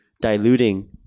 diluting